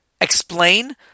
explain